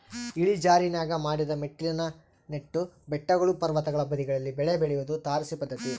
ಇಳಿಜಾರಿನಾಗ ಮಡಿದ ಮೆಟ್ಟಿಲಿನ ನೆಟ್ಟು ಬೆಟ್ಟಗಳು ಪರ್ವತಗಳ ಬದಿಗಳಲ್ಲಿ ಬೆಳೆ ಬೆಳಿಯೋದು ತಾರಸಿ ಪದ್ಧತಿ